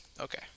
Okay